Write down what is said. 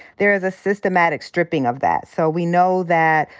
there is a systematic stripping of that. so we know that,